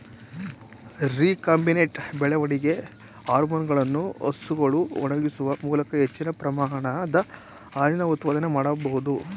recombinant ಬೆಳವಣಿಗೆ ಹಾರ್ಮೋನುಗಳನ್ನು ಹಸುಗಳ ಒಳಹೊಗಿಸುವ ಮೂಲಕ ಹೆಚ್ಚಿನ ಪ್ರಮಾಣದ ಹಾಲಿನ ಉತ್ಪಾದನೆ ಮಾಡ್ಬೋದು